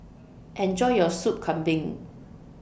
Enjoy your Soup Kambing